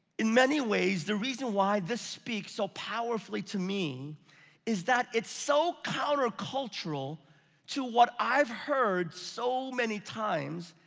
in many ways, the reason why this speaks so powerfully to me is that it's so counter-cultural to what i've heard so many times,